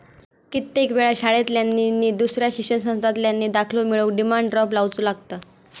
कित्येक वेळा शाळांतल्यानी नि दुसऱ्या शिक्षण संस्थांतल्यानी दाखलो मिळवूक डिमांड ड्राफ्ट लावुचो लागता